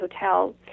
hotel